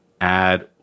add